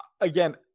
Again